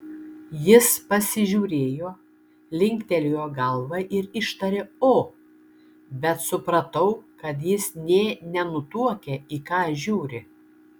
jis pasižiūrėjo linktelėjo galva ir ištarė o bet supratau kad jis nė nenutuokia į ką žiūri